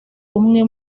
umwe